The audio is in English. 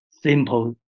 simple